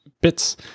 bits